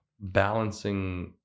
balancing